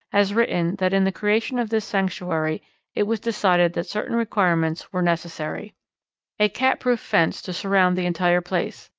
has written that in the creation of this sanctuary it was decided that certain requirements were necessary a cat-proof fence to surround the entire place.